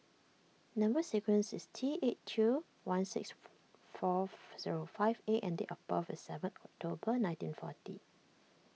Number Sequence is T eight two one six four zero five A and date of birth is seven October nineteen forty